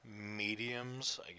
mediums